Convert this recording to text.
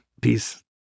Peace